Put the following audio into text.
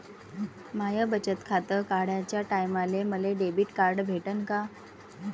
माय बचत खातं काढाच्या टायमाले मले डेबिट कार्ड भेटन का?